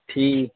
ٹھیک